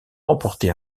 remporté